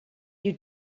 you